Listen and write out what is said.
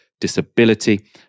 disability